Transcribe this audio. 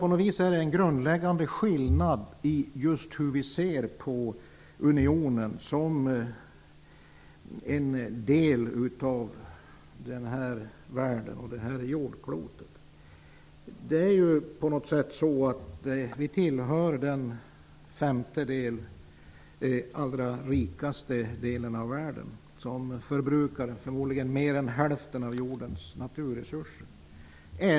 På något vis finns det nog en grundläggande skillnad i synen på unionen som en del av denna värld. Vi tillhör ju den femtedel av världen som är allra rikast och som förmodligen förbrukar mer än hälften av jordens naturresurser.